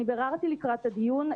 אני ביררתי לקראת הדיון,